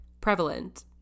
prevalent